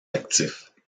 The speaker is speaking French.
actifs